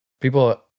People